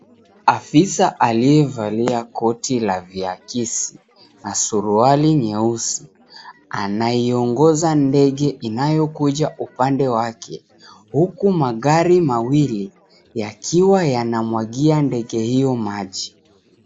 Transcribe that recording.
Afisa aliye valia Koti la viakisi na suruali nyeusi anaiongoza ndege inayokuja upande wake, huku magari mawili yakiwa yanamwagia ndege hiyo maji.